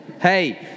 Hey